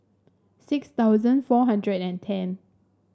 six thousand four hundred and ten